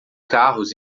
carros